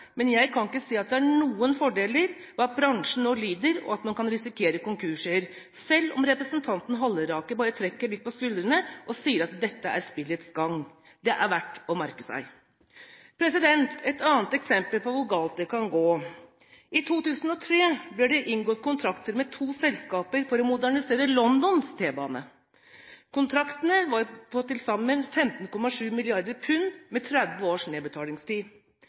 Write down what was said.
men jeg kan ikke se at det er noen fordeler. Bransjen lider nå, og man kan risikere konkurser, selv om representanten Halleraker bare trekker litt på skuldrene og sier at dette er spillets gang. Det er verdt å merke seg. Et annet eksempel på hvor galt det kan gå: I 2003 ble det inngått kontrakter med to selskaper for å modernisere Londons T-bane. Kontraktene var på til sammen 15,7 mrd. pund, med 30 års nedbetalingstid.